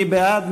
מי בעד?